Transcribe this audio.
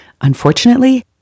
Unfortunately